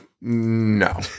no